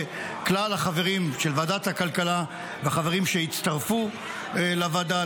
ולכלל החברים של ועדת הכלכלה וחברים שהצטרפו לוועדה,